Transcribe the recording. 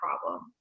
problem